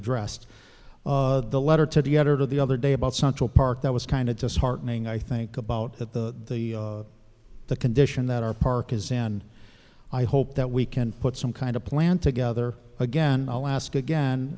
addressed the letter to the editor the other day about central park that was kind of disheartening i think about that the the condition that our park is and i hope that we can put some kind of plan together again i'll ask again